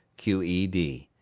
q e d.